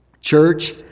Church